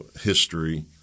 history